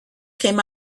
came